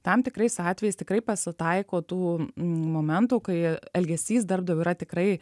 tam tikrais atvejais tikrai pasitaiko tų momentų kai elgesys darbdavio yra tikrai